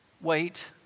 Wait